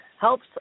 helps